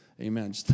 Amen